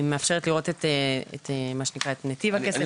מאפשרת לראות את נתיב הכסף,